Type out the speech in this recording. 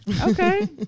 Okay